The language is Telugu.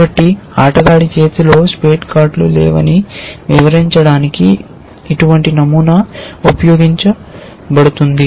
కాబట్టి ఇచ్చిన ఆటగాడి చేతిలో స్పేడ్ కార్డులు లేవని వివరించడానికి ఇటువంటి నమూనా ఉపయోగించబడుతుంది